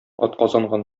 атказанган